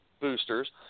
boosters